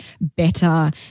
better